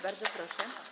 Bardzo proszę.